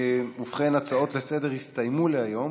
ובכן ההצעות לסדר-היום